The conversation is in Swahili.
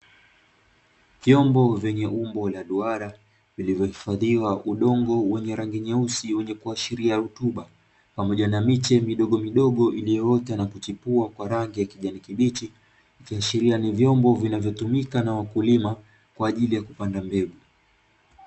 Vyombo vyenye umbo la duara vyenye udongo wenye rangi nyeusi kuashiria rutuba pamoja miche midogomidogo iliyo ota na kuchipua kwa rangi ya kijani kibichi ikiashiria ni vyombo vinavyotumika na wakulima kwa ajili ya kupanda mbegu.